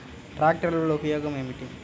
ట్రాక్టర్ల వల్ల ఉపయోగం ఏమిటీ?